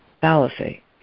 fallacy